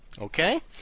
Okay